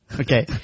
okay